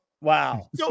wow